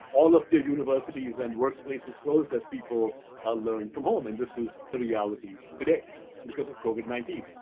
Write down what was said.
all of the universities and workplaces closed as people ah learn from home and this is the reality today because of covid nineteen.